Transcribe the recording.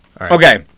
Okay